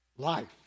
life